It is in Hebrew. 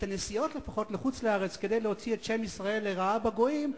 לפחות את הנסיעות לחוץ-לארץ כדי להוציא את שם ישראל לרעה בגויים,